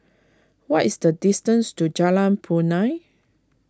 what is the distance to Jalan Punai